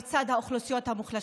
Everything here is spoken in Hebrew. לצד האוכלוסיות המוחלשות.